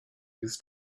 his